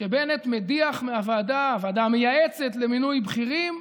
שבנט מדיח מהוועדה, הוועדה המייעצת למינוי בכירים,